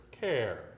care